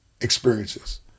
experiences